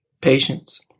Patience